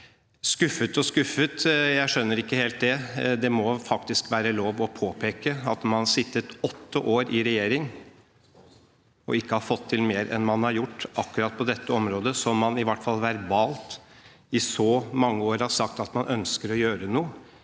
det. Det må faktisk være lov å påpeke at man har sittet åtte år i regjering og ikke har fått til mer enn man har gjort på akkurat dette området som man i hvert fall verbalt i så mange år har sagt at man ønsker å gjøre noe.